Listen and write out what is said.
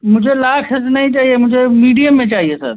मुझे large sir नहीं चाहिए मुझे मीडियम में चाहिए सर